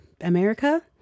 America